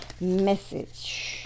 message